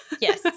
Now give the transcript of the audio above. Yes